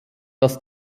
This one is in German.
dass